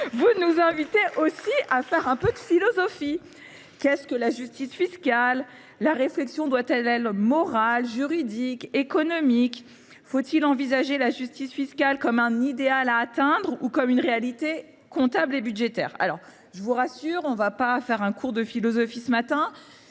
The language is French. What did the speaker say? vous nous invitez aussi à faire un peu de philosophie : qu’est ce que la justice fiscale ? La réflexion doit elle être morale, juridique ou économique ? Faut il envisager la justice fiscale comme un idéal à atteindre ou comme une réalité comptable et budgétaire ? Je vous rassure, je ne me lancerai pas ce matin